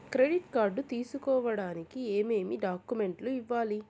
credit card తీసుకోడానికి ఏమేమి డాక్యుమెంట్లు ఇవ్వాలి